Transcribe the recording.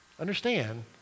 Understand